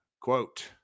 quote